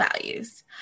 values